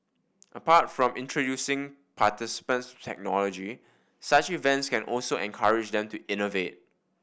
apart from introducing participants to technology such events can also encourage them to innovate